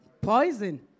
poison